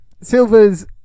Silver's